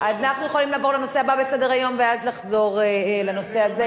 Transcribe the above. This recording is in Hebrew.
אנחנו יכולים לעבור לנושא הבא בסדר-היום ואז לחזור לנושא הזה,